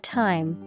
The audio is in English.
time